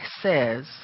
says